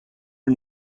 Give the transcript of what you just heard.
are